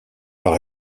par